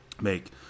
make